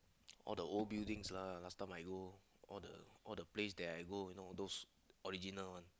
all the old buildings lah last time I go all the all the place that I go you know those original one